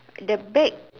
the bag